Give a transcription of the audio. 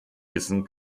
wissen